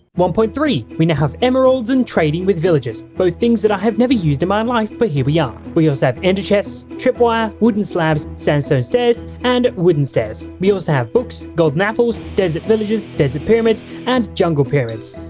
one point three. we now have emeralds and trading with villagers. both things that i have never used in my life, but here we are. yeah we also have ender chests, tripwire, wooden slabs, sandstone stairs and wooden stairs. we also have books, golden apples, desert villages, desert pyramids and jungle pyramids.